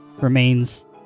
remains